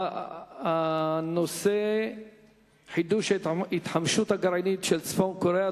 הנושא חידוש ההתחמשות הגרעינית של צפון-קוריאה,